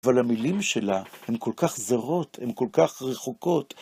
אבל המילים שלה הן כל כך זרות, הן כל כך רחוקות.